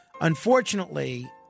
Unfortunately